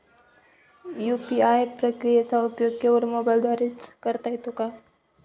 UPI प्रक्रियेचा उपयोग केवळ मोबाईलद्वारे च करता येतो का?